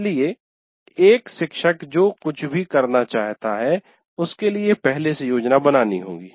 इसलिए एक शिक्षक जो कुछ भी करना चाहता है उसके लिए पहले से योजना बनानी होगी